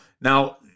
Now